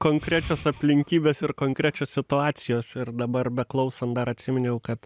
konkrečios aplinkybės ir konkrečios situacijos ir dabar beklausant dar atsiminiau kad